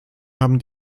haben